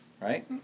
Right